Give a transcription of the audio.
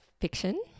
fiction